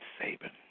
Saban